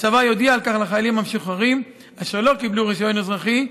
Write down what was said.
הצבא יודיע על כך לחיילים המשוחררים אשר לא קיבלו רישיון אזרחי,